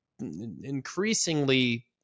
increasingly